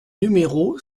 numéro